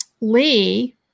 Lee